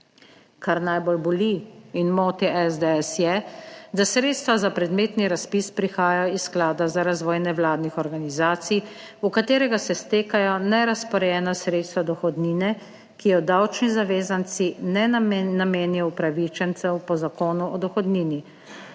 Kar najbolj boli in moti SDS je, da sredstva za predmetni razpis prihajajo iz Sklada za razvoj nevladnih organizacij, v katerega se stekajo nerazporejena sredstva dohodnine, ki jo davčni zavezanci ne namenijo upravičencev po Zakonu o dohodnini.